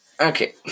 Okay